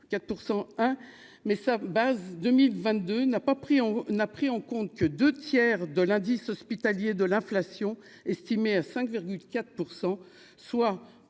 pas pris, on a pris en compte que 2 tiers de l'indice hospitalier de l'inflation estimée à 5,4 % soit